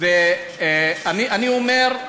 ושוב אני אומר: